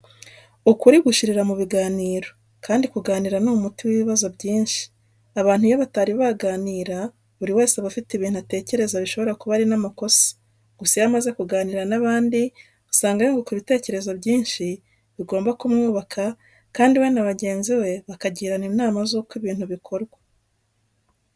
Ukuri gushirira mu biganiro kandi kuganira ni umuti w'ibibazo byinshi. Abantu iyo batari baganira buri wese aba afite ibintu atekereza bishobora kuba ari n'amakosa, gusa iyo amaze kuganira n'abandi usanga yunguka ibitekerezo byinshi bigomba kumwubaka kandi we n'abagenzi bakagirana inama z'uko ibintu bikorwa.